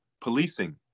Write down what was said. policing